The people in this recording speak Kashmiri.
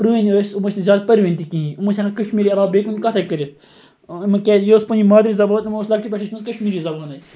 پرٛٲنٛۍ ٲسۍ یِم ٲسۍ نہٕ زیاد پٔرۍمِتۍ تہِ کِہیٖنٛۍ یِم ٲسۍ کَشمیٖری عَلاو بیٚیہِ کُنہِ کَتھٕے کٔرِتھ یِمن کیٛازِ یہِ ٲسۍ پَنٕنۍ مادری زَبان یِمو ٲسۍ لۅکٹہٕ پیٚٹھٕ ہیٚچھمٕژ کَشمیٖری زَبانٕے